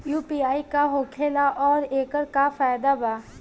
UPI का होखेला आउर एकर का फायदा बा?